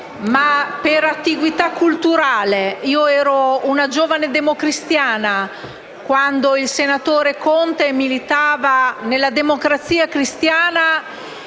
per attiguità culturale: ero infatti una giovane democristiana quando il senatore Conti militava nella Democrazia Cristiana